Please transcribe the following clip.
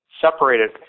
separated